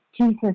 Jesus